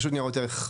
רשות ניירות ערך,